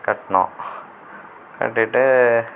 கட்டினோம் கட்டிவிட்டு